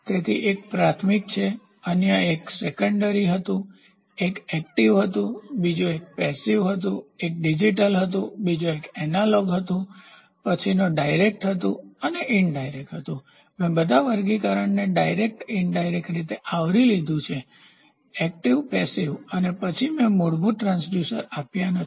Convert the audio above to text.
તેથી એક પ્રાઇમરીપ્રાથમિક છે અન્ય એક સેકન્ડરીગૌણ હતું એક એકટીવસક્રિય હતું બીજો એક પેસીવનિષ્ક્રિય હતું એક ડિજિટલ હતું બીજો એક એનાલોગ હતું પછીનો ડાયરેક્ટસીધો હતું અને ઇનડાયરેક્ટ મેં બધા વર્ગીકરણને ડાયરેક્ટ ઇનડાયરેક્ટ રીતે આવરી લીધું છે એકટીવસક્રિય પેસીવનિષ્ક્રિય અને પછી મેં મૂળભૂત ટ્રાંસડ્યુસર્સ આપ્યા નથી